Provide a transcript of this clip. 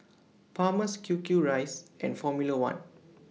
Palmer's Q Q Rice and Formula one